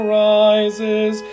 rises